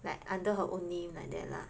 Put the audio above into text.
like under her own name like that lah